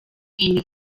amy